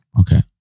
Okay